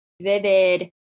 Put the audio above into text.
vivid